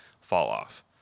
fall-off